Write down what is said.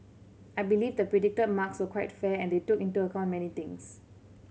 I believe the predicted marks were quite fair and they took into account many things